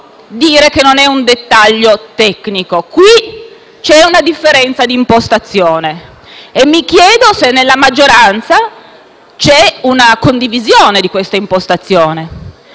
dire che non è un dettaglio tecnico. Qui c'è una differenza di impostazione e mi chiedo se nella maggioranza vi sia una condivisione di questa impostazione.